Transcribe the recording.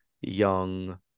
young